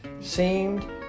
seemed